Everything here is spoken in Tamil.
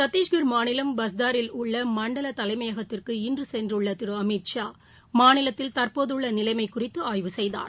சத்தீஷ்கர் மாநிலம் பஸ்டாரில் உள்ளமண்டலதலைமையகத்திற்கு இன்றுசென்றுள்ளதிருஅமித் ஷா மாநிலத்தில் தற்போதுள்ளநிலைமைகுறித்துஆய்வு செய்தார்